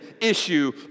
issue